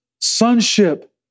sonship